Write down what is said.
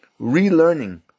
relearning